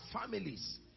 families